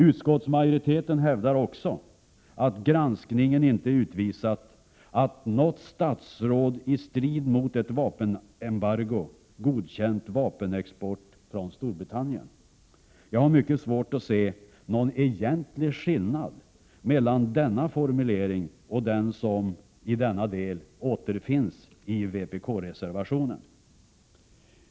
Utskottsmajoriteten hävdar också att granskningen inte utvisat att något statsråd i strid mot ett vapenembargo godkänt vapenexport via Storbritannien. Jag har mycket svårt att se någon egentlig skillnad mellan denna formulering och den som i denna del återfinns i vpk-reservationen.